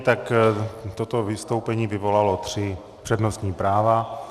Tak toto vystoupení vyvolalo tři přednostní práva.